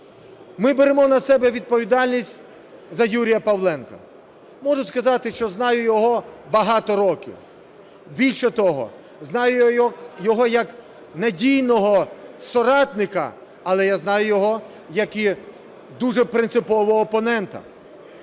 Ми беремо на себе відповідальність за Юрія Павленка. Можу сказати, що знаю його багато років. Більше того, знаю його як надійного соратника, але я знаю його як і дуже принципового опонента.